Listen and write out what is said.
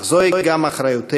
אך זוהי גם אחריותנו